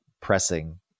pressing